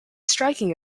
striking